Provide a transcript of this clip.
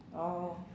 oh